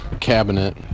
cabinet